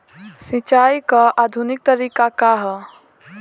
सिंचाई क आधुनिक तरीका का ह?